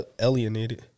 alienated